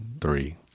three